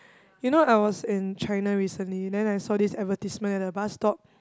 you know I was in China recently then I saw this advertisement at the bus stop